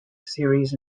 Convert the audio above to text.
series